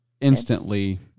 instantly